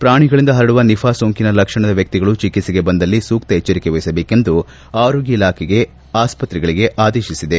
ಪ್ರಾಣಿಗಳಿಂದ ಹರಡುವ ನಿಫಾ ಸೋಂಕಿನ ಲಕ್ಷಣದ ವ್ಯಕ್ತಿಗಳು ಚಿಕಿತ್ತೆಗೆ ಬಂದಲ್ಲಿ ಸೂಕ್ತ ಎಚ್ಚರಿಕೆವಹಿಸಬೇಕೆಂದು ಆರೋಗ್ಯ ಇಲಾಖೆ ಆಸ್ವತ್ರೆಗಳಿಗೆ ಆದೇಶಿಸಿದೆ